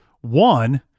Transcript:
One